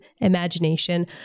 imagination